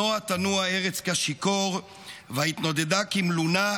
נוע תנוע ארץ כשִכור והתנודדה כמלונה,